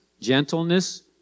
gentleness